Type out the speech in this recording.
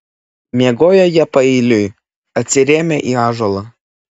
miegojo jie paeiliui atsirėmę į ąžuolą